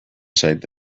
zait